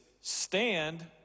stand